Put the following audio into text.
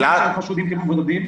גלעד ------ חשודים כמבודדים.